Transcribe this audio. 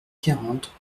quarante